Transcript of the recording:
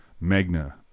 Magna